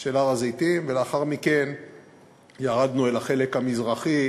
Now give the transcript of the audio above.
של הר-הזיתים, ולאחר מכן ירדנו אל החלק המזרחי